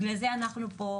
בגלל זה אנחנו פה,